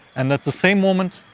and at the same moment,